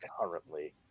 currently